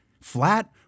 flat